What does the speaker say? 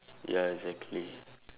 ya exactly